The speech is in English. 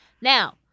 Now